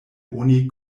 oni